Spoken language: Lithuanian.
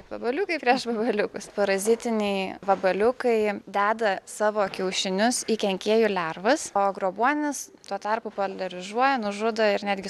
vabaliukai prieš vabaliukus parazitiniai vabaliukai deda savo kiaušinius į kenkėjų lervas o grobuonis tuo tarpu paralyžiuoja nužudo ir netgi